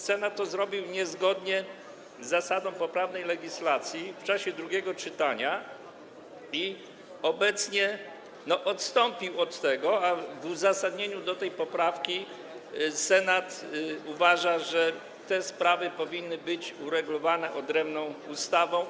Senat zrobił to niezgodnie z zasadą poprawnej legislacji w czasie drugiego czytania i obecnie odstąpił od tego, a w uzasadnieniu tej poprawki Senat uważa, że te sprawy powinny być uregulowane odrębną ustawą.